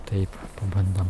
taip pabandom